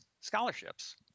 scholarships